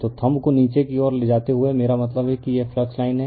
तो थंब को नीचे की ओर ले जाते हुए मेरा मतलब है कि यह फ्लक्स लाइन है